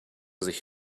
sich